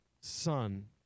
son